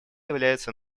является